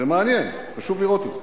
זה מעניין, חשוב לראות את זה,